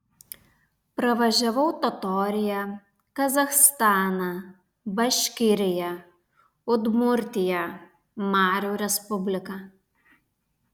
pravažiavau totoriją kazachstaną baškiriją udmurtiją marių respubliką